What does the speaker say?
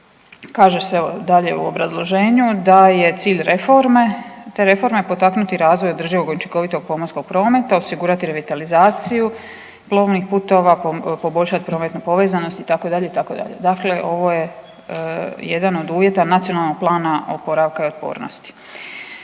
Kaže se dalje u obrazloženju da je cilj te reforme potaknuti razvoj održivog i učinkovitog pomorskog prometa, osigurati revitalizaciju plovnih putova, poboljšat prometnu povezanost itd., itd., dakle ovo je jedan od uvjeta NPOO-a. Drugi zapravo povezani